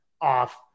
off